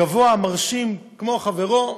גבוה, מרשים כמו חברו.